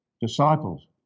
disciples